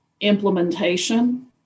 implementation